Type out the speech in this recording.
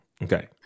Okay